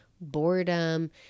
boredom